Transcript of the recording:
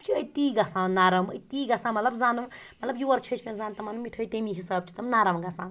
تِم چھِ أتی گَژھان نَرم أتی گَژھان مَطلَب زَن نہٕ مَطلَب یورٕ چھِٮ۪چۍ مےٚ زَن تِمن مِٹھٲے تَمی حِساب چھِ زَن نَرم گَژھان